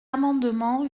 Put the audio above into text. amendement